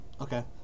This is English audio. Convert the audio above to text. Okay